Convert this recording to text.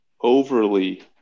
overly